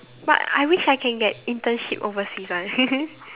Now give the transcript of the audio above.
but I wish I can get internship overseas one